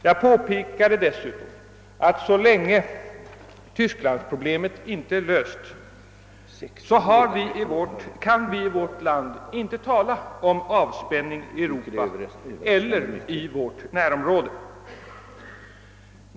Jag påpekade dessutom att vi i vårt land så länge tysklandsproblemet inte är löst inte kan tala om någon avspänning i Europa eller i vårt närområde.